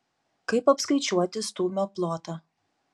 kaip apskaičiuoti stūmio plotą